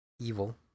evil